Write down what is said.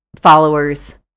followers